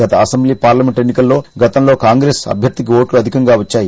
గత assembly parliament ఎన్ని కల్లో గతంలో కాంగ్రెస్ అభ్యర్థికి ఓట్లు అధికంగా వచ్చాయి